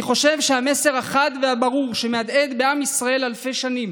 אני חושב שהמסר החד והברור שמהדהד בעם ישראל אלפי שנים